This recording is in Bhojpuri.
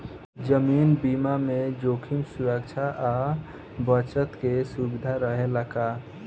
जीवन बीमा में जोखिम सुरक्षा आ बचत के सुविधा रहेला का?